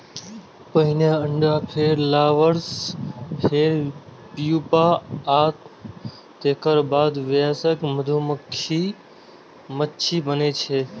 पहिने अंडा, फेर लार्वा, फेर प्यूपा आ तेकर बाद वयस्क मधुमाछी बनै छै